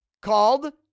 called